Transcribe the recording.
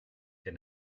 der